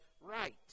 right